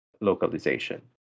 localization